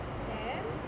then